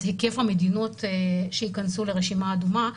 היקף המדינות שייכנסו לרשימה האדומה.